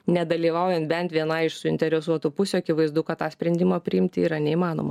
nedalyvaujant bent vienai iš suinteresuotų pusių akivaizdu kad tą sprendimą priimti yra neįmanoma